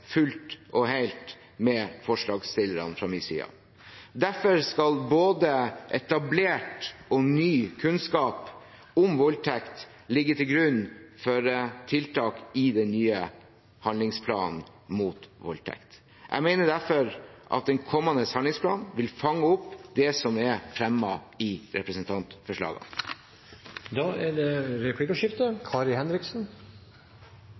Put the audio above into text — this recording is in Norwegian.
fullt og helt med forslagsstillerne. Derfor skal både etablert og ny kunnskap om voldtekt ligge til grunn for tiltak i den nye handlingsplanen mot voldtekt. Jeg mener derfor at den kommende handlingsplanen vil fange opp det som er fremmet i representantforslagene. Det